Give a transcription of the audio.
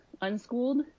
unschooled